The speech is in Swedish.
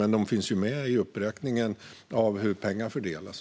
Men den finns ju med i uppräkningen av hur pengar fördelas.